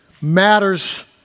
matters